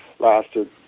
lasted